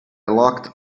locked